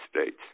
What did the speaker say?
States